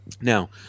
Now